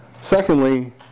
Secondly